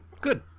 Good